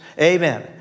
Amen